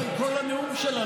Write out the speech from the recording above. היא דיברה אליי כל הנאום שלה,